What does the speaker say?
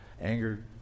anger